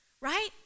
right